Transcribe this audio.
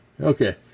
Okay